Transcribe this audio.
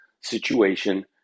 situation